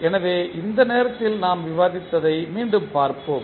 எனவே அந்த நேரத்தில் நாம் விவாதித்ததை மீண்டும் பார்ப்போம்